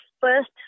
first